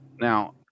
Now